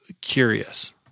curious